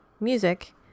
music